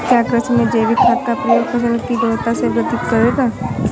क्या कृषि में जैविक खाद का प्रयोग फसल की गुणवत्ता में वृद्धि करेगा?